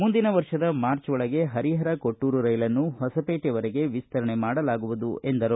ಮುಂದಿನ ವರ್ಷದ ಮಾರ್ಚ್ ಒಳಗೆ ಪರಿಹರ ಕೊಟ್ಟೂರು ರೈಲನ್ನು ಹೊಸಪೇಟೆಯವರೆಗೆ ವಿಸ್ತರಣೆ ಮಾಡಲಾಗುವುದು ಎಂದರು